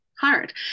hard